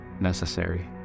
necessary